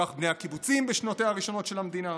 כך בני הקיבוצים בשנותיה הראשונות של המדינה.